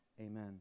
amen